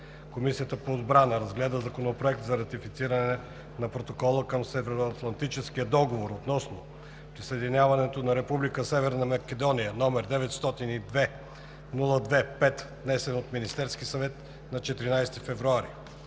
Комисията по отбрана разгледа Законопроект за ратифициране на Протоколa към Северноатлантическия договор относно присъединяването на Република Северна Македония, № 902-02-5, внесен от Министерския съвет на 14 февруари